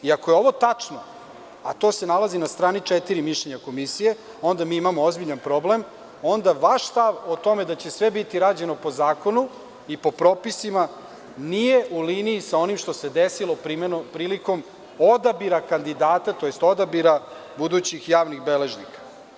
Ako je ovo tačno, a to se nalazi na strani četiri, mišljenja komisije, onda mi imamo ozbiljan problem, onda vaš stav o tome da će sve biti rađeno po zakonu i po propisima nije u liniji sa onim što se desilo prilikom odabira kandidata, tj. odabira budućih javnih beležnika.